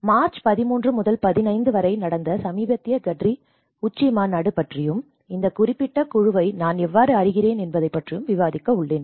ஆகவே மார்ச் 13 முதல் 15 வரை நடந்த சமீபத்திய GADRI உச்சி மாநாடு பற்றியும் இந்த குறிப்பிட்ட குழுவை நான் எவ்வாறு அறிகிறேன் என்பதை பற்றியும் விவாதிக்க உள்ளேன்